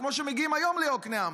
כמו שמגיעים היום ליקנעם.